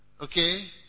Okay